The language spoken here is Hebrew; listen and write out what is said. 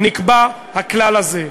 נקבע הכלל הזה.